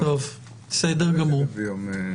בסדר גמור.